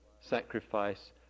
sacrifice